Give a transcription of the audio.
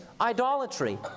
idolatry